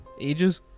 ages